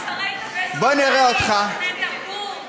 מפעלי תרבות,